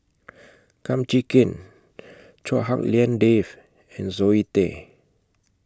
Kum Chee Kin Chua Hak Lien Dave and Zoe Tay